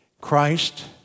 Christ